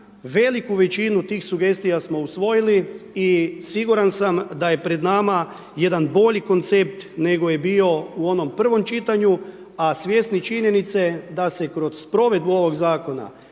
veliku većinu tih sugestija smo usvojili i siguran sam da je pred nama jedan bolji koncept nego je bio u onom prvom čitanju, a svjesni činjenice da se kroz provedbu ovog zakona